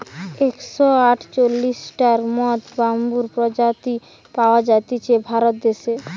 একশ আটচল্লিশটার মত বাম্বুর প্রজাতি পাওয়া জাতিছে ভারত দেশে